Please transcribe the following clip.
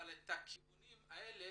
אבל את הכיוונים האלה